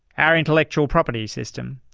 our intellectual property system,